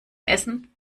essen